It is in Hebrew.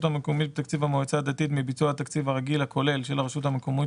המקומית בתקציב המועצה הדתית מביצוע התקציב הרגיל הכולל של הרשות המקומית